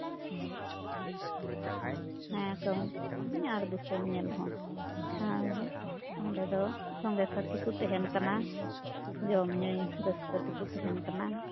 ᱦᱮᱸ ᱠᱟᱹᱢᱤ ᱦᱚᱸ ᱠᱟᱹᱢᱤ ᱟᱨ ᱫᱤᱥᱚᱢ ᱧᱮᱞ ᱦᱚᱸ ᱟᱨ ᱚᱸᱰᱮ ᱫᱚ ᱥᱚᱸᱜᱮ ᱥᱟᱛᱷᱤ ᱠᱚ ᱛᱟᱦᱮᱱ ᱠᱟᱱᱟ ᱡᱚᱢ ᱧᱩᱭ ᱨᱟᱹᱥᱠᱟᱹ ᱛᱮᱠᱚ ᱛᱟᱦᱮᱱ ᱠᱟᱱᱟ